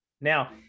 Now